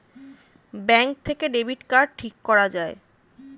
bank থেকে debit card ঠিক করা যায়